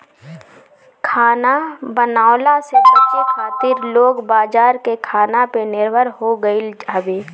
खाना बनवला से बचे खातिर लोग बाजार के खाना पे निर्भर हो गईल हवे